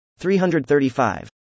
335